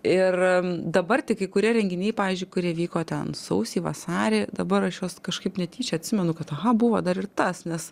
ir dabar tik kai kurie renginiai pavyzdžiui kurie vyko ten sausį vasarį dabar aš juos kažkaip netyčia atsimenu kad aha buvo dar ir tas nes